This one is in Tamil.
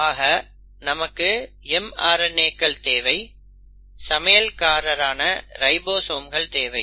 ஆக நமக்கு mRNAகள் தேவை சமையல்கார ரைபோசோம்கள் தேவை